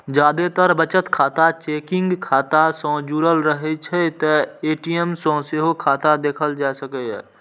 जादेतर बचत खाता चेकिंग खाता सं जुड़ रहै छै, तें ए.टी.एम सं सेहो खाता देखल जा सकैए